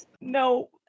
No